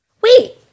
wait